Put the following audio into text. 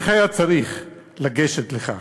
איך היה צריך לגשת לכך?